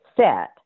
set